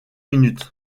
minutes